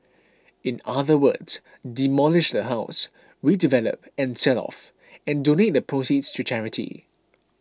in other words demolish the house redevelop and sell off and donate the proceeds to charity